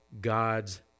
God's